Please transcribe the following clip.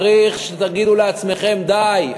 צריך שתגידו לעצמכם: די,